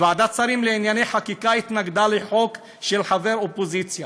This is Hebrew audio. ועדת שרים לענייני חקיקה התנגדה לחוק של חבר אופוזיציה.